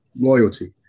Loyalty